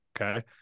Okay